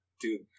dude